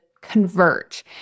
convert